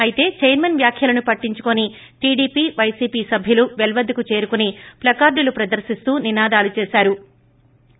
అయితే చైర్మన్ వ్యాఖ్యలను పట్టించుకోని తెదేపా వైకాపా సభ్యలు వెల్ వద్దకు చేరుకుని ప్లకార్డులు ప్రదర్శిస్తూ నినాదాలు చేపట్లారు